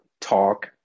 talk